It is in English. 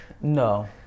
No